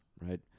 right